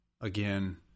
Again